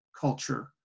culture